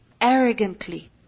arrogantly